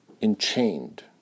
enchained